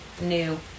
new